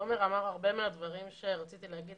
תומר אמר הרבה מהדברים שרצית להגיד